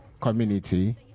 community